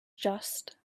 just